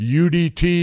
UDT